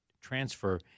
transfer